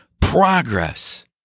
progress